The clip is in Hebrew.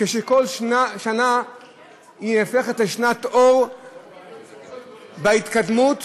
כשכל שנה נהפכת לשנת אור בהתקדמות